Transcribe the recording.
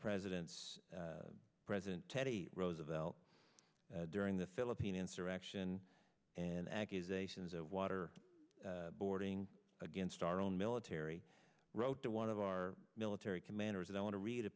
presidents president teddy roosevelt during the philippine insurrection and accusations of water boarding against our own military wrote to one of our military commanders and i want to read a